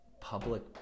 public